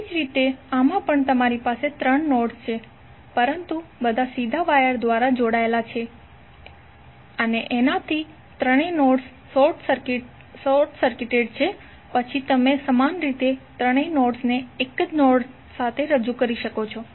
તેવી જ રીતે આમાં પણ તમારી પાસે ત્રણ નોડ્સ છે પરંતુ બધા સીધા વાયર દ્વારા જોડાયેલા હોવાનો અર્થ એ છે કે ત્રણેય નોડ્સ શોર્ટ સર્કિટેડ છે પછી તમે સમાન રીતે ત્રણેય નોડ્સને એક જ નોડ સાથે રજૂ કરી શકો છો